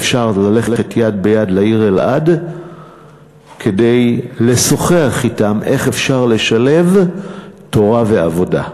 אפשר ללכת יד ביד לעיר אלעד כדי לשוחח אתם איך אפשר לשלב תורה ועבודה.